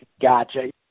Gotcha